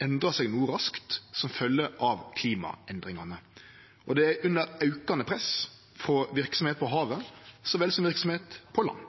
seg no raskt som følgje av klimaendringane. Dei er under aukande press frå verksemd på havet så vel som på land.